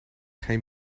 geen